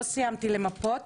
לא הספקתי למפות